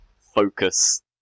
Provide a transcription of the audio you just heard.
focus